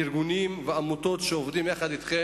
ארגונים ועמותות שעובדים יחד אתו,